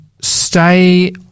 stay